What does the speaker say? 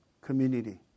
community